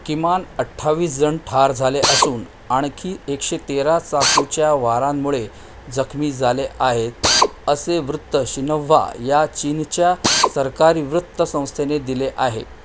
किमान अठ्ठावीस जण ठार झाले असून आणखी एकशे तेरा चाकूच्या वारांमुळे जखमी झाले आहेत असे वृत्त शिनव्वा या चीनच्या सरकारी वृत्तसंस्थेने दिले आहे